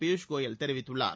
பியூஷ் கோயல் தெரிவித்துள்ளார்